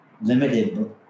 limited